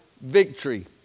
victory